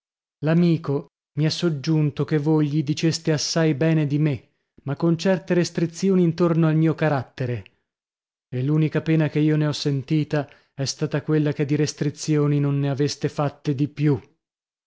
l'amico mi ha soggiunto che voi gli diceste assai bene di me ma con certe restrizioni intorno al mio carattere e l'unica pena che io ne ho sentita è stata quella che di restrizioni non ne aveste fatte di più